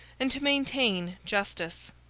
and to maintain justice.